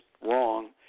wrong